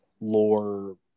lore